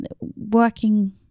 working